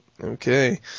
Okay